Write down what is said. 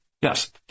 Yes